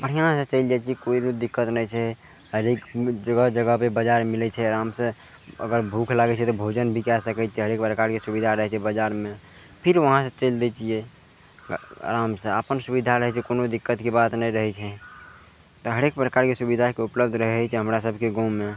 बढ़िआँसँ चलि जाइ छियै कोइ भी दिक्कत नहि छै हरेक चीज जगह जगहपर बजार मिलय छै आरामसँ अगर भूख लागय छै तऽ भोजन भी कए सकय छै हरेक प्रकारके सुविधा रहय छै बजारमे फिर वहाँसँ चलि दै छियै आओर आरामसँ अपन सुविधा रहय छै कोनो दिक्कतके बात नहि रहय छै तऽ हरेक प्रकारके सुविधाके उपलब्ध रहय छै हमरा सबके गाँवमे